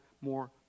more